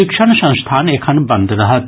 शिक्षण संस्थान एखन बंद रहत